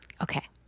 Okay